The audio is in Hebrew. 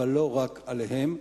אבל לא רק עליהם,